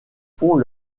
font